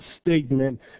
statement